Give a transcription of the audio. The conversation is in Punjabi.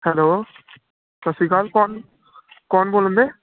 ਹੈਲੋ ਸਤਿ ਸ਼੍ਰੀ ਅਕਾਲ ਕੌਣ ਕੌਣ ਬੋਲਣ ਦੇ